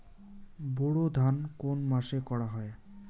বোরো ধান কোন মাসে করা হয়?